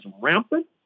rampant